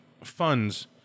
funds